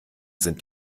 sind